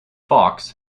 fox